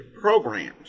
programs